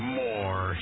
more